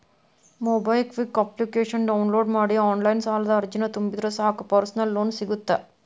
MobiKwik ಅಪ್ಲಿಕೇಶನ download ಮಾಡಿ online ಸಾಲದ ಅರ್ಜಿನ ತುಂಬಿದ್ರ ಸಾಕ್ ಪರ್ಸನಲ್ ಲೋನ್ ಸಿಗತ್ತ